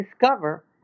discover